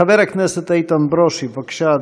חבר הכנסת איתן ברושי, בבקשה.